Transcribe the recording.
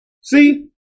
See